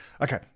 Okay